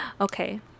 Okay